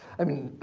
i mean,